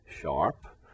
sharp